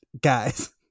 guys